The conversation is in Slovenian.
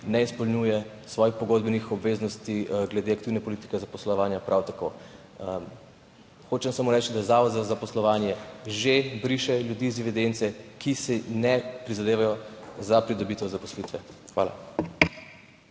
ne izpolnjuje svojih pogodbenih obveznosti glede aktivne politike zaposlovanja prav tako. Hočem samo reči, da zavod za zaposlovanje že briše iz evidence ljudi, ki si ne prizadevajo za pridobitev zaposlitve. Hvala.